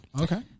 Okay